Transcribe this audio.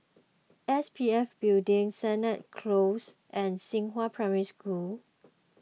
S P F Building Sennett Close and Xinghua Primary School